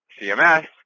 CMS